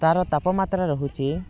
ତାର ତାପମାତ୍ରା ରହୁଛି